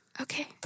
Okay